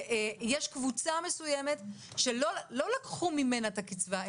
יש קבוצה מסוימת שלא לקחו ממנה את הקצבה,